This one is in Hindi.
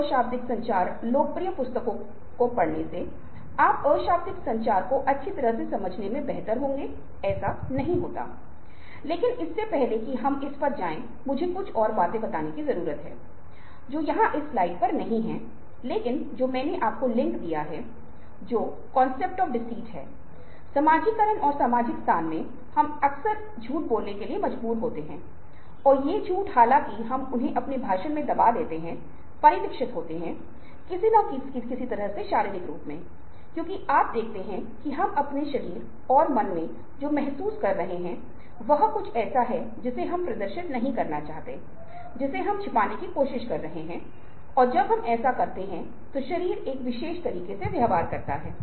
अब हमने चर्चा की है कि अनुनय सभ्यता जितनी पुरानी है और यदि आप फिर से पश्चिमी परंपराओं के इतिहास को देख रहे हैं मिथ्या हेतुवादीसोफ़िस्ट Sophists और जो लोगों को यह सिखाते थे कि कैसे वक्तृत्व का अभ्यास किया जाए क्योंकि रोमनों के लिए जहाँ आप देखते हैं कि राज्य के नागरिक एक दूसरे को मनाने के लिए निर्णय लेते थे उस मुक्त जलवायु में यह बहुत महत्वपूर्ण था और प्लेटो एक तरह का व्यवहार था क्योंकि सत्य की खोज मे उसे नजरअंदाज करना था जो हेरफेर किया जा सकता था और अनुनय कुछ ऐसा है जहां आप किसी के सोचने के तरीके में हेरफेर कर सकते हैं